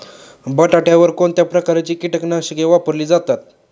बटाट्यावर कोणत्या प्रकारची कीटकनाशके वापरली जातात?